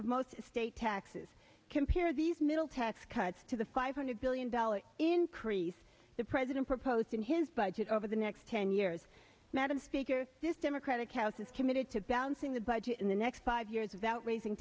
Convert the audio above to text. most state taxes compare these middle tax cuts to the five hundred billion dollars increase the president proposed in his budget over the next ten years madam speaker this democratic house is committed to balancing the budget in the next five years without raising